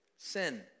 Sin